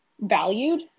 valued